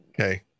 okay